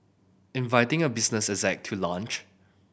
inviting a business exec to lunch